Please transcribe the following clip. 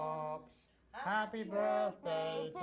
pops happy birthday